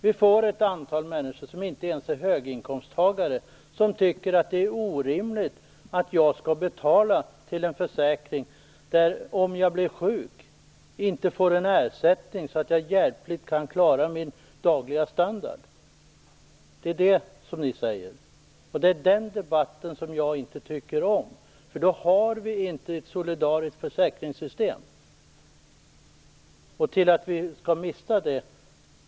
Vi får ett antal människor, som inte ens är höginkomsttagare, som tycker att det är orimligt att de skall betala till en försäkring där de, om de blir sjuka, inte får ersättning så att de hjälpligt kan klara sin dagliga standard. Det är det Miljöpartiet säger, och det är den debatten som jag inte tycker om. Om det blir så har vi inte ett solidariskt försäkringssystem. Vi kommer att mista det.